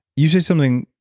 you say something,